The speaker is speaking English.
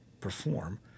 perform